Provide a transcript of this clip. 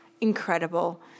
incredible